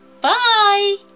Bye